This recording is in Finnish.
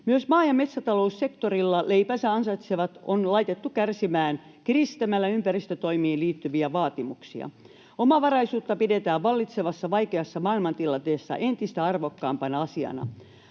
Myös maa- ja metsätaloussektorilla leipänsä ansaitsevat on laitettu kärsimään kiristämällä ympäristötoimiin liittyviä vaatimuksia. Omavaraisuutta pidetään vallitsevassa vaikeassa maailmantilanteessa entistä arvokkaampana asiana.